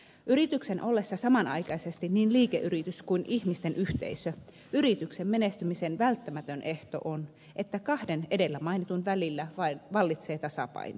yrityksen ollessa samanaikaisesti niin liikeyritys kuin ihmisten yhteisö yrityksen menestymisen välttämätön ehto on että kahden edellä mainitun välillä vallitsee tasapaino